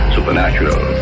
Supernatural